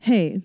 Hey